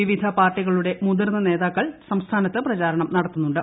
വിവിധ പാർട്ടികളുടെ മുതിർന്ന നേതാക്കൾ സംസ്ഥാനത്ത് പ്രചാരണം നടത്തുന്നുണ്ട്